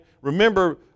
Remember